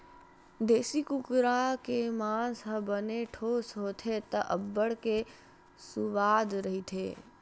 देसी कुकरा के मांस ह बने ठोस होथे त अब्बड़ के सुवाद रहिथे